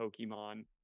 Pokemon